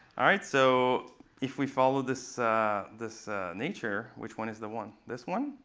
all right, so if we follow this this nature which one is the one. this one?